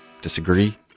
Disagree